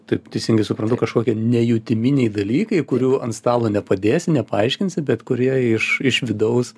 taip teisingai suprantu kažkokie nejutiminiai dalykai kurių ant stalo nepadėsi nepaaiškinsi bet kurie iš iš vidaus